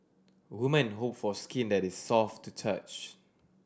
woman hope for skin that is soft to touch